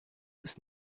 ist